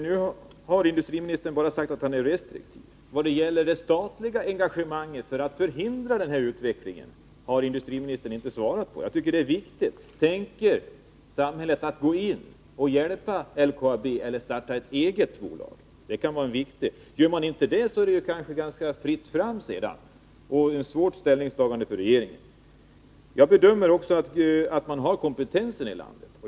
Nu har industrimistern bara sagt att svenska mineralhan är restriktiv. När det gäller det statliga engagemanget för att förhindra fyndigheter den här utvecklingen har industriministern inte svarat. Jag tycker det är viktigt. Tänker samhället gå in för att hjälpa LKAB eller starta ett eget bolag? Det kan alltså vara en viktig fråga. Gör man inte det, är det kanske sedan fritt fram. Det blir ett svårt ställningstagande för regeringen. Jag bedömer att man har kompetensen i landet.